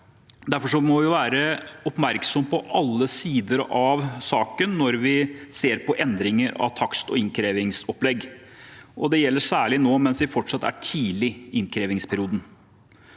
Derfor må vi være oppmerksomme på alle sider av saken når vi ser på endringer av takst og innkrevingsopplegg. Det gjelder særlig nå, mens vi fortsatt er tidlig i innkrevingsperioden.